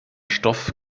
stoff